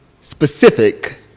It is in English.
specific